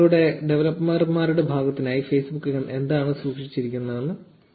നിങ്ങളുടെ ഡെവലപ്പർമാരുടെ ഭാഗത്തിനായി ഫേസ്ബുക്ക് എന്തൊക്കെയാണ് സൂക്ഷിച്ചിരിക്കുന്നതെന്ന് നമ്മൾ കാണും